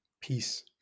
Peace